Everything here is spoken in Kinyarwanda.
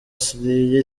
syria